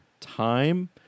time